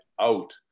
out